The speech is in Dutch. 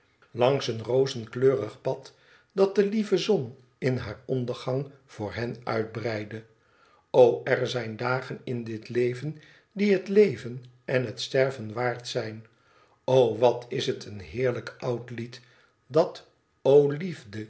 langs een rozenkleurig pad dat de lieve zon in haar ondergang voor hen uitbreidde o er zijn dagen in dit leven die het leven en het sterven waard zijn o wat is het een heerlijk oud lied dat o